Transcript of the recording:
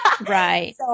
Right